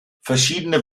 verschiedene